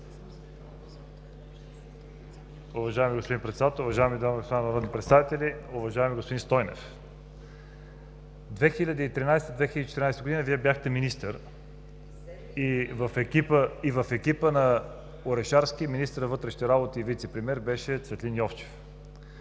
Уважаеми господин Председател, уважаеми дами и господа народни представители! Уважаеми господин Стойнев, 2013 г. - 2014 г., Вие бяхте министър и в екипа на Орешарски, а министър на вътрешните работи и вицепремиер беше Цветлин Йовчев.